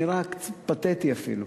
נראה פתטי אפילו.